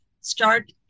start